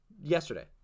Yesterday